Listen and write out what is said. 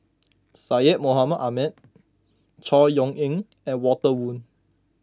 Syed Mohamed Ahmed Chor Yeok Eng and Walter Woon